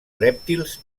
rèptils